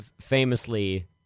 famously